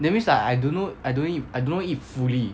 that means like I don't know I don't it I don't know it fully